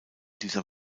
dieser